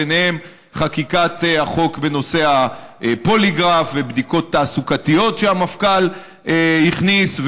ובהן חקיקת החוק בנושא הפוליגרף ובדיקות תעסוקתיות שהמפכ"ל הכניס,